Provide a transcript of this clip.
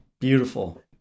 Beautiful